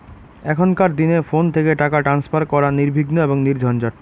এখনকার দিনে ফোন থেকে টাকা ট্রান্সফার করা নির্বিঘ্ন এবং নির্ঝঞ্ঝাট